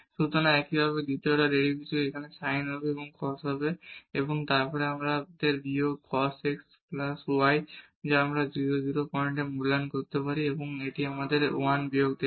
সুতরাং একইভাবে দ্বিতীয় অর্ডার ডেরিভেটিভস এখানে sin হবে cos হবে এবং তারপর আমাদের বিয়োগ cos x প্লাস y আছে যা আমরা এই 0 0 পয়েন্টে মূল্যায়ন করতে পারি এবং এটি আমাদের বিয়োগ 1 দেবে